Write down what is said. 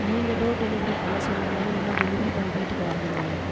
நீங்கள் door delivery பண்ண சொல்லியிருந்தாலே இன்னும் டெலிவரி பாய் வீட்டுக்கு வர்லைங்களே